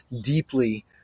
deeply